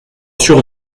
sur